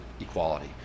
equality